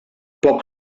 poc